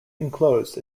enclosed